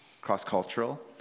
cross-cultural